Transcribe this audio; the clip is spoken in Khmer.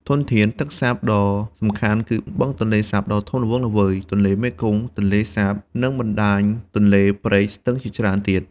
ធនធានទឹកសាបដ៏សំខាន់គឺបឹងទន្លេសាបដ៏ធំល្វឹងល្វើយ ទន្លេមេគង្គ ទន្លេសាប និងបណ្ដាញទន្លេ ព្រែក ស្ទឹងជាច្រើនទៀត។